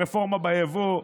הרפורמה ביבוא,